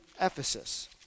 Ephesus